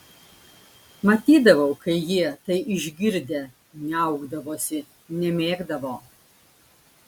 matydavau kai jie tai išgirdę niaukdavosi nemėgdavo